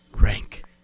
rank